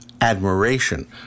admiration